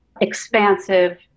expansive